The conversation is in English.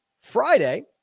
Friday